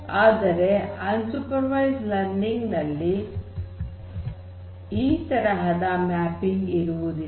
ಆದರೆ unsupervised learning ನಲ್ಲಿ ಈ ತರಹದ ಮ್ಯಾಪಿಂಗ್ ಇರುವುದಿಲ್ಲ